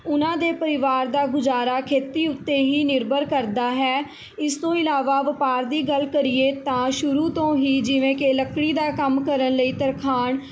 ਉਹਨਾਂ ਦੇ ਪਰਿਵਾਰ ਦਾ ਗੁਜ਼ਾਰਾ ਖੇਤੀ ਉੱਤੇ ਹੀ ਨਿਰਭਰ ਕਰਦਾ ਹੈ ਇਸ ਤੋਂ ਇਲਾਵਾ ਵਪਾਰ ਦੀ ਗੱਲ ਕਰੀਏ ਤਾਂ ਸ਼ੁਰੂ ਤੋਂ ਹੀ ਜਿਵੇਂ ਕਿ ਲੱਕੜੀ ਦਾ ਕੰਮ ਕਰਨ ਲਈ ਤਰਖਾਣ